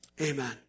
amen